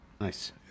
Nice